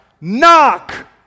Knock